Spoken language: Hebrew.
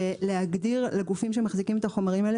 ולהגדיר לגופים שמחזיקים את החומרים האלה